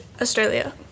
Australia